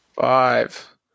Five